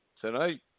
tonight